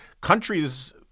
countries